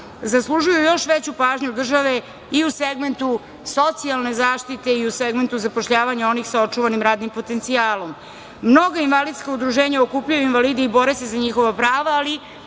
zaslužuju još veću pažnju države i u segmentu socijalne zaštite i u segmentu zapošljavanja onih sa očuvanim radnim potencijalom. Mnoga invalidska udruženja okupljaju invalide i bore se za njihova prava, ali